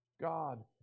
God